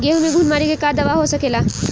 गेहूँ में घुन मारे के का दवा हो सकेला?